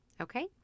Okay